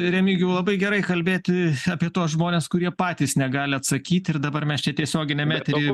remigijau labai gerai kalbėti apie tuos žmones kurie patys negali atsakyt ir dabar mes čia tiesioginiam etery